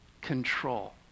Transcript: control